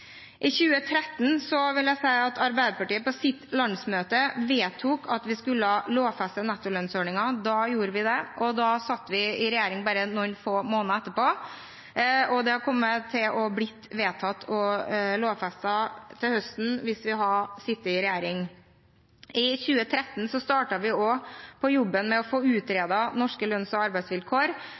Så vil jeg si at i 2013 vedtok Arbeiderpartiet på sitt landsmøte at vi skulle lovfeste nettolønnsordningen, vi gjorde det. Vi satt i regjering i bare noen få måneder etterpå, og det hadde kommet til å bli vedtatt og lovfestet om høsten hvis vi hadde sittet i regjering. I 2013 startet vi også på jobben med å få utredet norske lønns- og arbeidsvilkår,